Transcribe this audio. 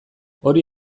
hori